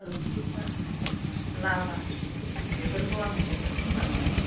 ओंख्रिफ्रा लाब्रा बेफोरखौ आङो जोबोद मोजां मोनो